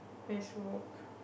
Facebook